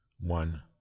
one